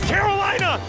Carolina